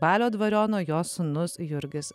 balio dvariono jo sūnus jurgis